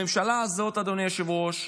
הממשלה הזאת, אדוני היושב-ראש,